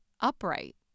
upright